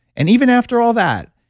and even after all that,